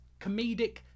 comedic